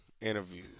interview